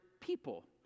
people